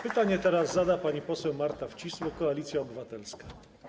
Pytanie teraz zada pani poseł Marta Wcisło, Koalicja Obywatelska.